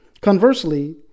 Conversely